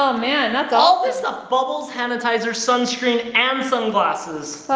um man, that's all this, the bubbles, han-itizer, sunscreen, and sunglasses.